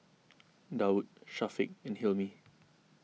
Daud Syafiq and Hilmi